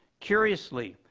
curiously,